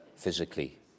physically